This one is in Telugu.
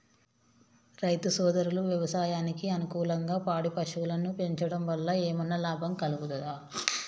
రైతు సోదరులు వ్యవసాయానికి అనుకూలంగా పాడి పశువులను పెంచడం వల్ల ఏమన్నా లాభం కలుగుతదా?